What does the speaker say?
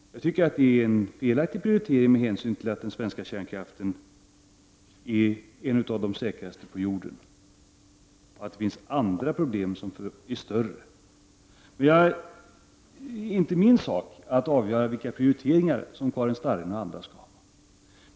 Jag tycker att det är en felaktig prioritering med hänsyn till att den svenska kärnkraften är en av de äkraste på jorden och till att det finns andra problem som är större. Det är inte min sak att bedöma Karin Starrins och andras prioriteringar.